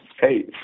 Hey